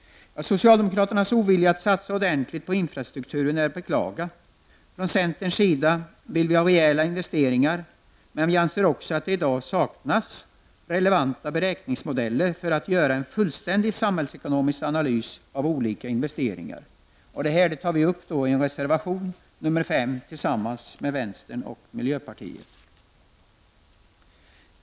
Socialdemokraternas ovilja att satsa ordentligt på infrastrukturen är att beklaga. Från centerns sida vill vi ha rejäla investeringar, men vi anser också att det i dag saknas relevanta beräkningsmodeller för att man skall kunna göra en fullständig samhällsekonomisk analys av olika investeringar. Detta tar vi upp i reservation nr 5 tillsammans med vänstern och miljöpartiet.